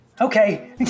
Okay